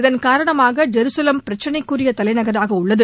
இதன் காரணமாக ஜெருசலம் பிரச்சினைக்குரிய தலைநகராக உள்ளது